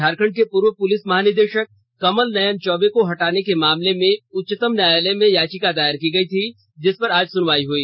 झारखंड के पूर्व पुलिस महानिदेशक कमल नयन चौबे को हटाने के मामले में उच्चतम न्यायालय में याचिका दायर की गई थी जिसपर आज सुनवाई हई